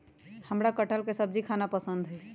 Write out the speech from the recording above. हमरा कठहल के सब्जी खाना पसंद हई